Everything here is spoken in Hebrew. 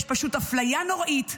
יש פשוט אפליה נוראית.